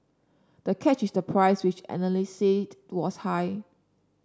the catch is the price which analysts said was high